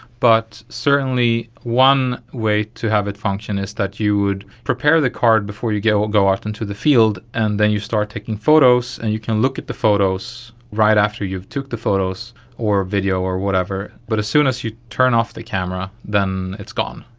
but certainly one way to have it function is that you would prepare the card before you go go out into the field and then you start taking photos and you can look at the photos right after you took the photos or video or whatever, but as soon as you turn off the camera, then it's gone.